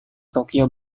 tokyo